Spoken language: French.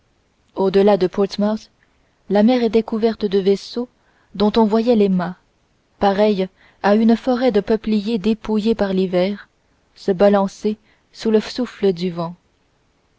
au-delà de portsmouth la mer était couverte de vaisseaux dont on voyait les mâts pareils à une forêt de peupliers dépouillés par l'hiver se balancer sous le souffle du vent